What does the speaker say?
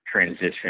transition